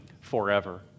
forever